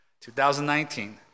2019